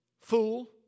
fool